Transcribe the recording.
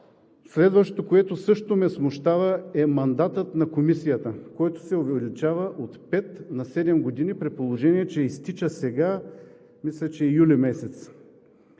Следващото, което също ме смущава, е мандатът на Комисията, който се увеличава от пет на седем години, при положение че изтича сега – мисля, че e юли месец.